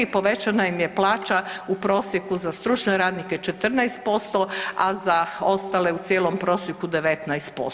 I povećana im je plaća u prosjeku za stručne radnike 14%, a za ostale u cijelom prosjeku 19%